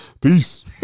peace